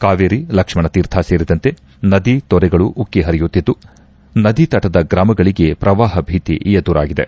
ಕಾವೇರಿ ಲಕ್ಷ್ಮಣತೀರ್ಥ ಸೇರಿದಂತೆ ನದಿ ತೊರೆಗಳು ಉಕ್ಕಿ ಹರಿಯುತ್ತಿದ್ದು ನದಿತಟದ ಗ್ರಾಮಗಳಿಗೆ ಪ್ರವಾಪ ಭೀತಿ ಎದುರಾಗಿದೆ